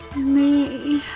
me.